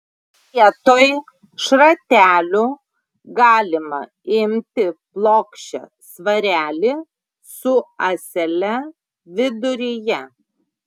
vietoj šratelių galima imti plokščią svarelį su ąsele viduryje